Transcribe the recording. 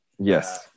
Yes